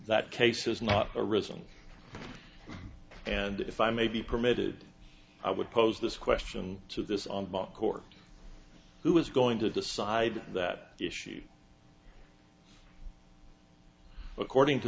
that case is not arisen and if i may be permitted i would pose this question to this on backcourt who is going to decide that issue according to